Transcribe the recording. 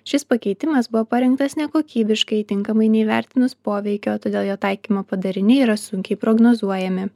šis pakeitimas buvo parengtas nekokybiškai tinkamai neįvertinus poveikio todėl jo taikymo padariniai yra sunkiai prognozuojami